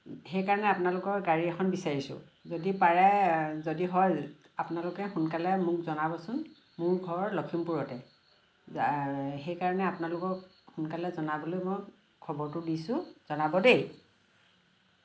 সেইকাৰণে আপোনালোকৰ গাড়ী এখন বিচাৰিছোঁ যদি পাৰে যদি হয় আপোনালোকে সোনকালে মোক জনাবচোন মোৰ ঘৰ লখিমপুৰতে সেইকাৰণে আপোনালোকক সোনকালে জনাবলৈ মই খবৰটো দিছোঁ জনাব দেই